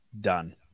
Done